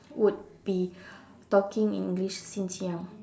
would be talking in English since young